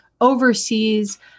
overseas